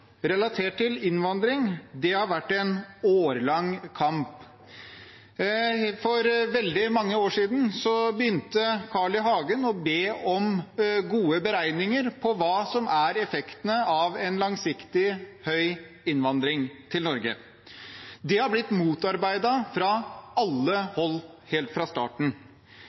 relatert til innvandring har vært en årelang kamp. For veldig mange år siden begynte Carl I. Hagen å be om gode beregninger av hva som er effektene av en langsiktig, høy innvandring til Norge. Det har blitt motarbeidet fra alle hold helt fra starten.